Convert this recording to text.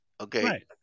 Okay